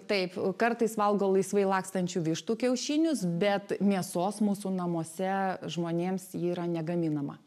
taip kartais valgo laisvai lakstančių vištų kiaušinius bet mėsos mūsų namuose žmonėms ji yra negaminama